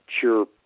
sure